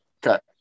got